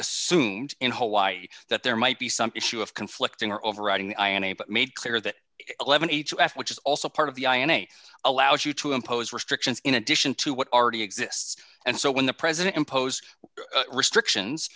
assumed in hawaii that there might be something to of conflicting or overriding i n a but made clear that eleven each of which is also part of the ins allows you to impose restrictions in addition to what already exists and so when the president imposed restrictions